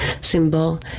Symbol